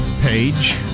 page